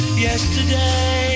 Yesterday